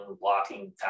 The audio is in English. blocking